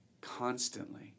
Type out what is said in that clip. constantly